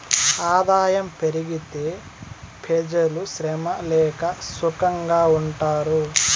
ఆదాయం పెరిగితే పెజలు శ్రమ లేక సుకంగా ఉంటారు